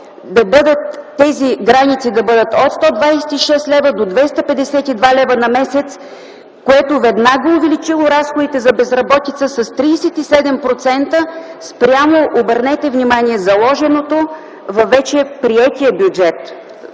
да бъдат от 126 лв. до 252 лв. на месец, което веднага е увеличило разходите за безработица с 37% спрямо, обърнете внимание, заложеното във вече приетия бюджет